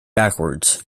backwards